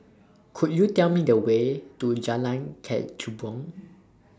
Could YOU Tell Me The Way to Jalan Kechubong